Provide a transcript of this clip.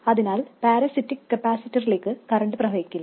അതിനാൽ പാരസിറ്റിക് കപ്പാസിറ്ററിലേക്ക് കറൻറ് പ്രവഹിക്കില്ല